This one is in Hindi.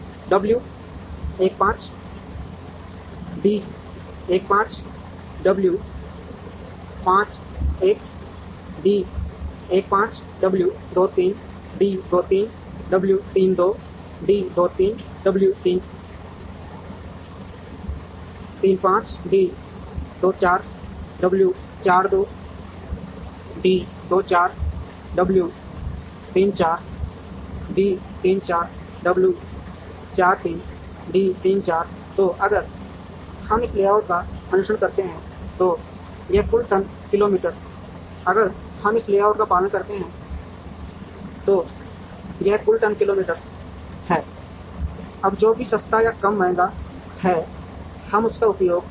W १ ४ D १ ४ W ४ १ D १ ४ W २ ३ D २ ३ W ३ २ D २ ३ W २ ४ D २ ४ W ४ २ D २ ४ W ३ ४ D ३ ४ W 4 3 D 3 4 तो अगर हम इस लेआउट का अनुसरण करते हैं तो यह कुल टन किलो मीटर है अगर हम इस लेआउट का पालन करते हैं तो यह कुल टन किलो मीटर है अब जो भी सस्ता या कम महंगा है हम उसका उपयोग करेंगे